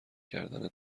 کردنهای